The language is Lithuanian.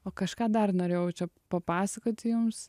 o kažką dar norėjau čia papasakoti jums